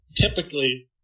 typically –